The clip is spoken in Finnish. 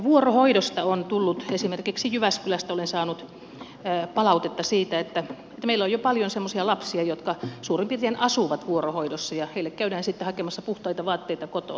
vuorohoidosta on tullut palautetta esimerkiksi jyväskylästä olen sitä saanut siitä että meillä on jo paljon semmoisia lapsia jotka suurin piirtein asuvat vuorohoidossa ja heille käydään sitten hakemassa puhtaita vaatteita kotoa